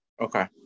okay